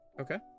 Okay